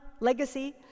Legacy